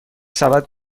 سبد